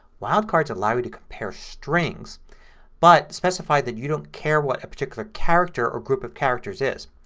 wildcards allow you to compare strings but specify that you don't care what a particular character or group of characters is.